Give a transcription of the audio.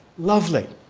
lovely.